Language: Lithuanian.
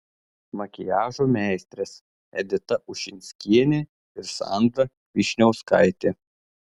makiažo meistrės edita ušinskienė ir sandra vyšniauskaitė